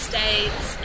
States